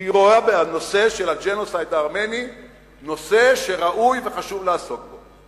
שהיא רואה בנושא של הג'נוסייד הארמני נושא שראוי וחשוב לעסוק בו.